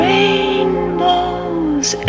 Rainbows